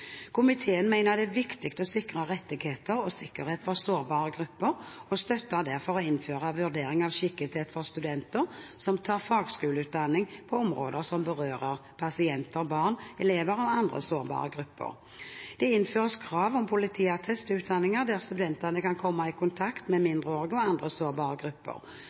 Komiteen mener det er viktig å sikre rettigheter og sikkerhet for sårbare grupper, og støtter derfor å innføre vurdering av skikkethet for studenter som tar fagskoleutdanning på områder som berører pasienter, barn, elever og andre sårbare grupper. Det innføres krav om politiattest til utdanninger der studentene kan komme i kontakt med mindreårige og andre sårbare grupper.